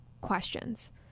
questions